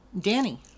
Danny